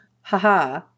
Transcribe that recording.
haha